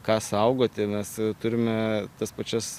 ką saugoti mes turime tas pačias